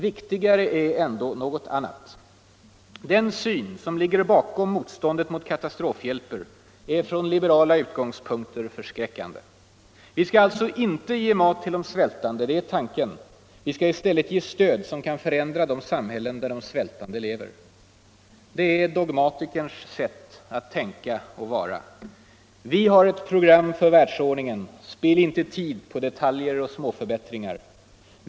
Viktigare är ändå något annat. Den syn som ligger bakom motståndet mot katastrofhjälp är från liberala utgångspunkter förskräckande. Vi skall alltså inte ge mat till de svältande, det är tanken, vi skall i stället ge stöd som kan förändra de samhällen där de svältande lever. Det är dogmatikens sätt att tänka och vara. Vi har ett program för världsordningen — spill inte tid på detaljer och småförbättringar.